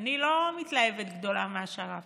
אני לא מתלהבת גדולה משר"פ,